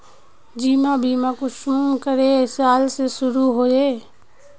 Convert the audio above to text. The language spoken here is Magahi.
जीवन बीमा कुंसम करे साल से शुरू होचए?